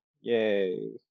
Yay